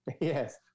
Yes